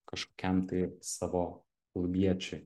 kažkokiam tai savo klubiečiui